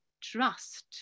trust